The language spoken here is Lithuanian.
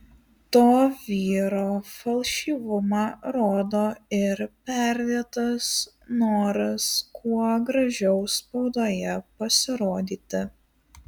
to vyro falšyvumą rodo ir perdėtas noras kuo gražiau spaudoje pasirodyti